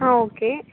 ஆ okay